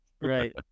Right